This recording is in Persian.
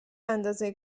اندازه